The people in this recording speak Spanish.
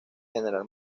general